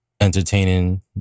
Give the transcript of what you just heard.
entertaining